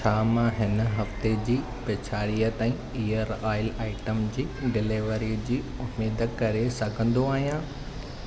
छा मां हिन हफ़्ते जी पिछाड़ीअ ताईं इयर ऑइल आइटम जी डिलिवरीअ जी उमेद करे सघंदो आहियां